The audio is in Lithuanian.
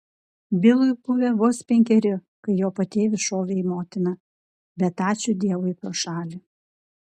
bilui buvę vos penkeri kai jo patėvis šovė į motiną bet ačiū dievui pro šalį